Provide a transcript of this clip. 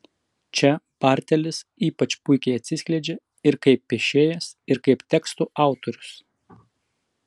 čia bartelis ypač puikiai atsiskleidžia ir kaip piešėjas ir kaip tekstų autorius